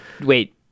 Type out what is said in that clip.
wait